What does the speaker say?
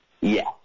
Yes